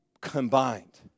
combined